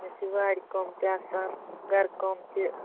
مےٚ چھِ وارِ کٲم تہِ آسان گَرٕ کٲم تہِ